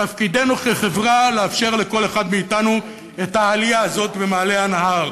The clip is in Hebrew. תפקידנו כחברה לאפשר לכל אחד מאתנו את העלייה הזאת במעלה הנהר.